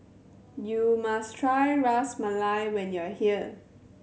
you must try Ras Malai when you are here